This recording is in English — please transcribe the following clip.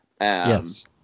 Yes